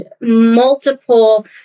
multiple